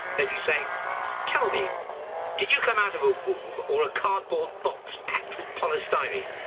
and you say tell me did you come out of a womb or a cardboard box packed with polystyrene?